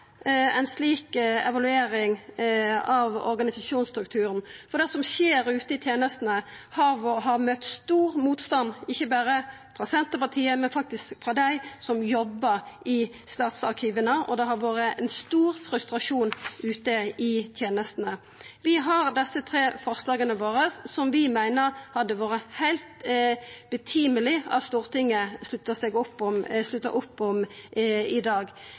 ein protokoll mellom Riksarkivaren og tenestemannsorganisasjonane om at dei var lova ei slik evaluering av organisasjonsstrukturen. Det som skjer ute i tenestene, har møtt stor motstand – ikkje berre frå Senterpartiet, men faktisk frå dei som jobbar i statsarkiva. Det har vore stor frustrasjon ute i tenestene. Vi har dei tre forslaga våre som vi meiner det hadde vore heilt på sin plass at Stortinget slutta opp om i dag.